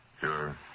Sure